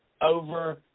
over